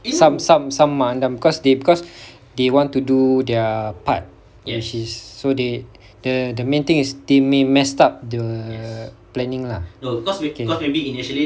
some some some mak andam because they because they want to do their part which is so they the the main thing is they make messed up the planning lah okay